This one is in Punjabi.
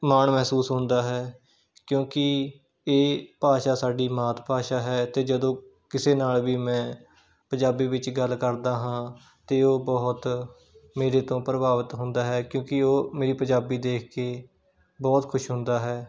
ਮਾਣ ਮਹਿਸੂਸ ਹੁੰਦਾ ਹੈ ਕਿਉਂਕਿ ਇਹ ਭਾਸ਼ਾ ਸਾਡੀ ਮਾਤ ਭਾਸ਼ਾ ਹੈ ਅਤੇ ਜਦੋਂ ਕਿਸੇ ਨਾਲ਼ ਵੀ ਮੈਂ ਪੰਜਾਬੀ ਵਿੱਚ ਗੱਲ ਕਰਦਾ ਹਾਂ ਅਤੇ ਉਹ ਬਹੁਤ ਮੇਰੇ ਤੋਂ ਪ੍ਰਭਾਵਿਤ ਹੁੰਦਾ ਹੈ ਕਿਉਂਕਿ ਉਹ ਮੇਰੀ ਪੰਜਾਬੀ ਦੇਖ ਕੇ ਬਹੁਤ ਖੁਸ਼ ਹੁੰਦਾ ਹੈ